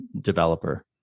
developer